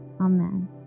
Amen